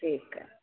ठीकु आहे